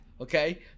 okay